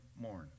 mourn